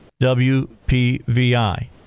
WPVI